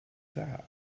that